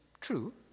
true